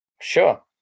Sure